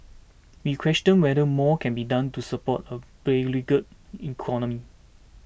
we question whether more can be done to support a beleaguered economy